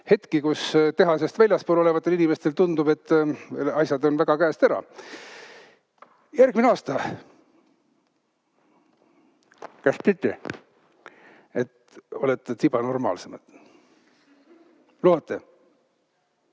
hetki, kus tehasest väljaspool olevatele inimestele tundub, et asjad on väga käest ära. Järgmine aasta ehk olete tiba normaalsemad. Lubate?